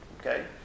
Okay